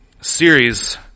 series